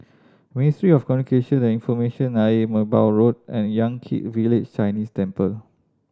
Ministry of Communication and Information Ayer Merbau Road and Yan Kit Village Chinese Temple